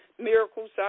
Miracles